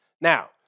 Now